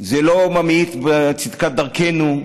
זה לא ממעיט בצדקת דרכנו.